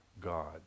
God